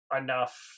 enough